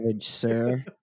sir